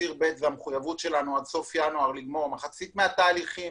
ציר ב' והמחויבות שלנו עד סוף ינואר לסיים מחצית מהתהליכים